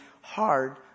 hard